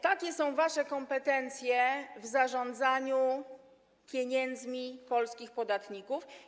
Takie są wasze kompetencje w zarządzaniu pieniędzmi polskich podatników.